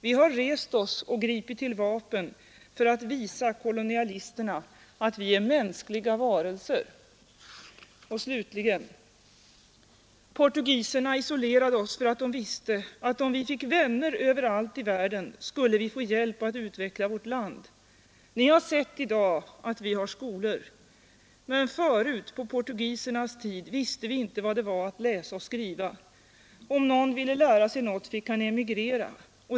Vi har rest oss och gripit till vapen för att visa kolonialisterna, att vi är mänskliga varelser.” Slutligen: ”Portugiserna isolerade oss för att de visste att om vi fick vänner överallt i världen, skulle vi få hjälp att utveckla vårt land. Ni har sett i dag att vi har skolor. Men förut, på portugisernas tid, visste vi inte vad det var att läsa och skriva. Om någon ville lära sig något, fick han emigrera ———.